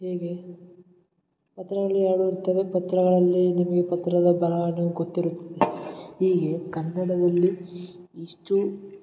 ಹೀಗೆ ಅದರಲ್ಲಿ ಎರಡು ಇರುತ್ತವೆ ಪತ್ರಗಳಲ್ಲಿ ನಿಮಗೆ ಪತ್ರದ ಬರಹವನು ಗೊತ್ತಿರುತ್ತದೆ ಹೀಗೆ ಕನ್ನಡದಲ್ಲಿ ಇಷ್ಟು